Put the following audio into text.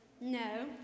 No